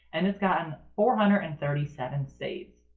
and it's gotten four hundred and thirty seven saves.